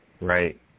Right